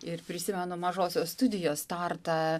ir prisimenu mažosios studijos startą